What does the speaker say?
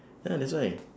ya that's why